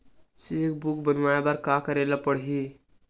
Cheque book बनवाय बर का करे ल पड़हि?